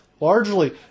largely